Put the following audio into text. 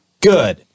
Good